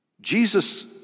Jesus